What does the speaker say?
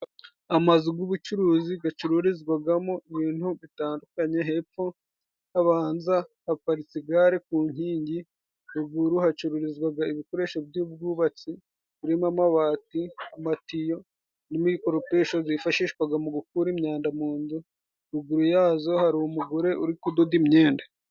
Amazu g'ubucuruzi gacururizagamo ibintu bitandukanye，hepfo habanza haparitse igare ku nkingi， ruguru hacururizwaga ibikoresho by'ubwubatsi birimo amabati，amatiyo n’imikoropesho zifashishwaga mu gukura imyanda mu nzu，ruguru yazo hari umugore uri kudoda imyenda.